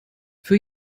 für